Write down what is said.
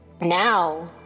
now